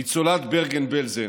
ניצולת ברגן-בלזן,